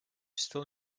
still